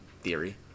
theory